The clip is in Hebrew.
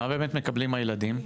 מה באמת מקבלים הילדים?